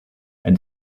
and